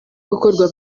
gukorwa